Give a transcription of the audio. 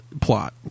plot